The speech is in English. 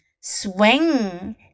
Swing